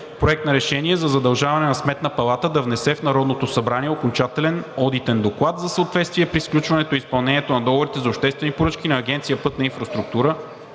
Проект на решение за задължаване на Сметната палата да внесе в Народното събрание окончателен Одитен доклад за съответствие при сключването и изпълнението на договорите за обществени поръчки на Агенция „Пътна инфраструктура“